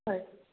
হয়